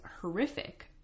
horrific